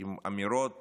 עם אמירות